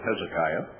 Hezekiah